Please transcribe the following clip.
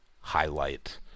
highlight